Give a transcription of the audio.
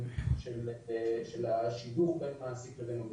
של השידוך בין מעסיק לבין עובד.